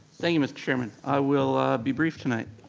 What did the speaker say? thank you mr. chairman, i will be brief tonight.